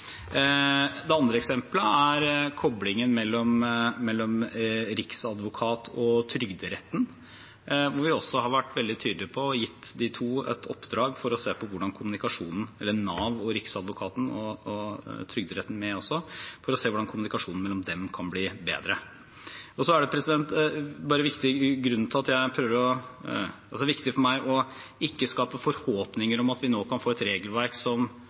Det andre eksemplet er koblingen mellom Nav, Riksadvokaten og Trygderetten, hvor vi også har vært veldig tydelige og gitt dem i oppdrag å se på hvordan kommunikasjonen mellom dem kan bli bedre. Det er viktig for meg ikke å skape forhåpninger om at vi nå kan få et regelverk som er enkelt å lese for alle som ikke har tatt juss. Det kan jeg ikke love. Replikkordskiftet er